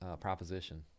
proposition